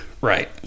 Right